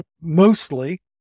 mostly